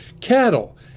cattle